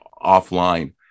offline